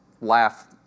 laugh